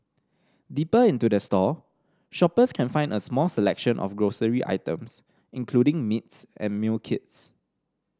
deeper into the store shoppers can find a small selection of grocery items including meats and meal kits